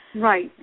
Right